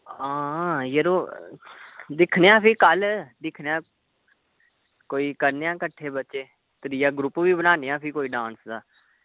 हां यरो दिक्खने आं फ्ही कल्ल दिक्खने आं कोई करने आं किट्ठे बच्चे त्रीया ग्रुप बी बनान्ने आं कोई डांस दा